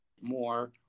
more